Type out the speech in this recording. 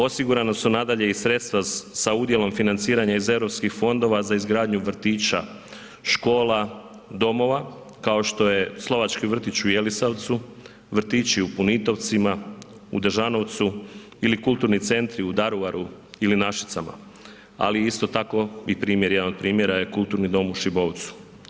Osigurana su nadalje i sredstva sa udjelom financiranja iz Europskih fondova za izgradnju vrtića, škola, domova, kao što je Slovački vrtić u Jelisavcu, vrtići u Punitovcima, u Dežanovcu ili kulturni centri u Daruvaru ili Našicama, ali isto tako i primjer, jedan od primjera je kulturni dom u Šibovcu.